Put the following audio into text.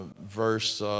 verse